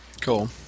Cool